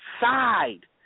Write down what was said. side